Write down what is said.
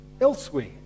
elsewhere